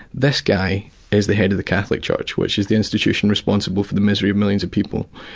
this guy is the head of the catholic church, which is the institution responsible for the misery of millions of people.